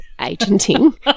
agenting